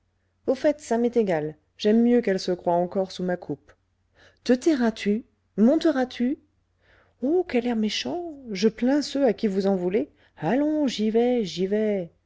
au fait ça m'est égal j'aime mieux qu'elle se croie encore sous ma coupe te tairas-tu monteras tu oh quel air méchant je plains ceux à qui vous en voulez allons j'y vais j'y vais